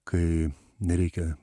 kai nereikia